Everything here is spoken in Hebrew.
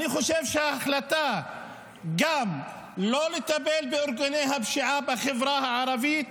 וההחלטה גם לא לטפל בארגוני הפשיעה בחברה הערבית,